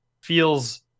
feels